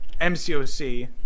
MCOC